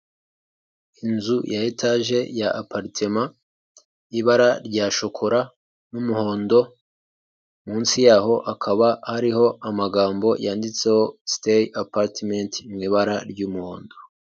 Inzu ya etage ya aparitema ibara rya shokora n'umuhondo, munsi yaho hakaba hariho amagambo yanditseho siteyi apatimenti mu ibara ry'umuhondo.